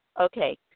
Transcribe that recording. Okay